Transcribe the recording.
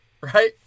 Right